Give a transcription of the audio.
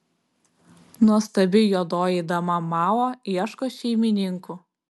nuostabi juodoji dama mao ieško šeimininkų